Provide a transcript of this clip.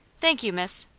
thank you, miss.